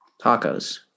tacos